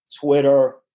Twitter